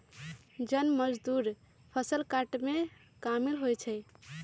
जन मजदुर फ़सल काटेमें कामिल होइ छइ